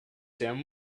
sam